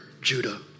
Judah